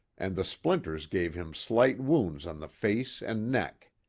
and the splinters gave him slight wounds on the face and neck.